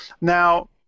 Now